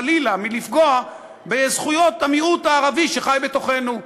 חלילה מלפגוע בזכויות המיעוט הערבי שחי בתוכנו.